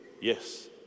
Yes